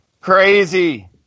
Crazy